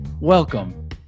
welcome